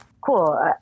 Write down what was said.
cool